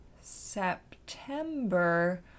September